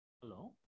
Hello